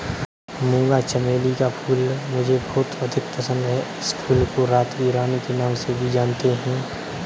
मूंगा चमेली का फूल मुझे बहुत अधिक पसंद है इस फूल को रात की रानी के नाम से भी जानते हैं